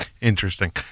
Interesting